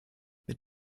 mit